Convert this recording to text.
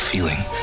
feeling